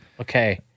Okay